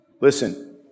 Listen